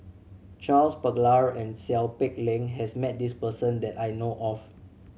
Charles Paglar and Seow Peck Leng has met this person that I know of